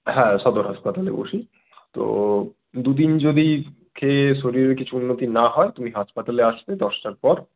হ্যাঁ সদর হাসপাতালে বসি তো দুদিন যদি খেয়ে শরীরের কিছু উন্নতি না হয় তুমি হাসপাতালে আসবে দশটার পর